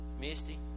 Misty